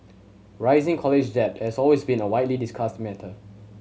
rising college debt as always been a widely discussed matter